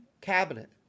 cabinet